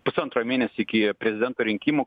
pusantro mėnesio iki prezidento rinkimų